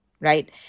right